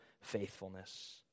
faithfulness